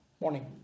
Morning